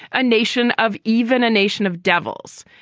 a nation of even a nation of devils.